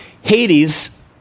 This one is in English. Hades